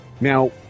Now